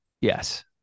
Yes